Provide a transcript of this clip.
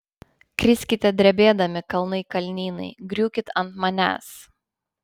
kriskite drebėdami kalnai kalnynai griūkit ant manęs